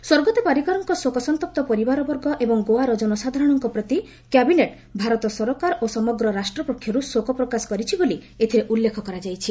ସ୍ୱର୍ଗତ ପାରିକରଙ୍କ ଶୋକସନ୍ତପ୍ତ ପରିବାର ବର୍ଗ ଏବଂ ଗୋଆର ଜନସାଧାରଣଙ୍କ ପ୍ରତି କ୍ୟାବିନେଟ୍ ଭାରତ ସରକାର ଓ ସମଗ୍ର ରାଷ୍ଟ୍ର ପକ୍ଷରୁ ଶୋକ ପ୍ରକାଶ କରିଛି ବୋଲି ଏଥିରେ ଉଲ୍ଲେଖ କରାଯାଇଛି